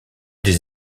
des